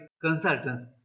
consultants